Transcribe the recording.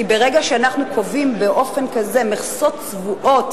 כי ברגע שאנחנו קובעים באופן כזה מכסות צבועות